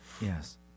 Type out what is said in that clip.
Yes